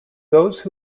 those